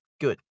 Good